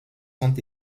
sont